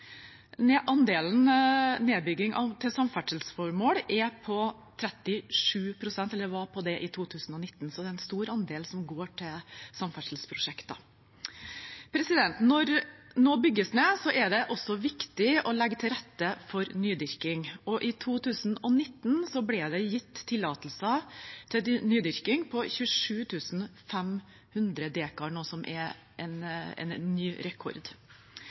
Andelen nedbygging til samferdselsformål var på 37 pst. i 2019, så det er en stor andel som går til samferdselsprosjekter. Når det bygges ned, er det også viktig å legge til rette for nydyrking, og i 2019 ble det gitt tillatelser til nydyrking på 27 500 dekar, noe som er ny rekord.